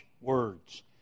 words